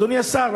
אדוני השר,